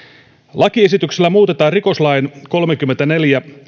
lakiesityksellä muutetaan rikoslain kolmekymmentäneljä